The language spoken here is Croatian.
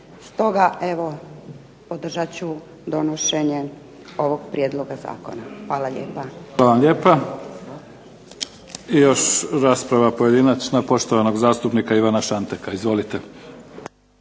Stoga evo podržat ću donošenje ovog prijedloga zakona. Hvala lijepa. **Mimica, Neven (SDP)** Hvala lijepa. I još rasprava pojedinačna poštovanog zastupnika Ivana Šanteka. Izvolite.